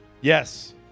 Yes